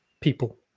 people